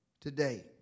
today